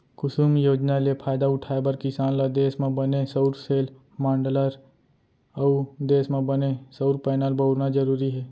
कुसुम योजना ले फायदा उठाए बर किसान ल देस म बने सउर सेल, माँडलर अउ देस म बने सउर पैनल बउरना जरूरी हे